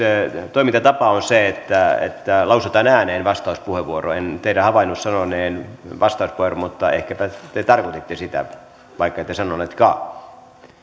toimintatapa on se että lausutaan ääneen vastauspuheenvuoro en teidän havainnut sanoneen vastauspuheenvuoro mutta ehkäpä te tarkoititte sitä vaikka ette sanonutkaan